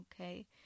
Okay